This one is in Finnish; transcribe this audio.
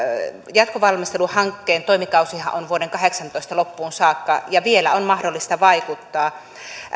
jatkovalmisteluhankkeen toimikausihan on vuoden kahdeksantoista loppuun saakka ja vielä on mahdollista vaikuttaa